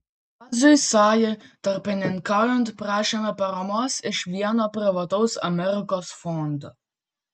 kaziui sajai tarpininkaujant prašėme paramos iš vieno privataus amerikos fondo